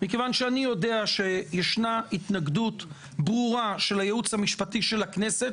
מכיוון שאני יודע שישנה התנגדות ברורה של הייעוץ המשפטי של הכנסת,